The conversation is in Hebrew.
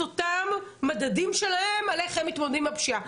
אותם מדדים שלהם על איך הם מתמודדים עם הפשיעה.